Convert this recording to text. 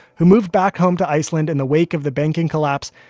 who moved back home to iceland in the wake of the banking collapse,